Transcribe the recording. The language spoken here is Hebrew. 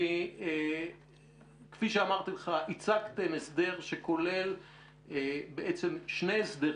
כפי שאמרתי לך, הצגתם שני הסדרים,